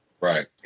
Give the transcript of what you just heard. Right